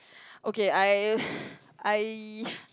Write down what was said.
okay I I